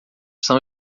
são